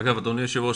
אדוני היו"ר,